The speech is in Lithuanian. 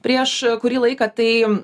prieš kurį laiką tai